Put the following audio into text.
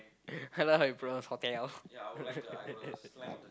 I like how you pronounce hotel